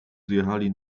zjechali